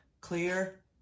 clear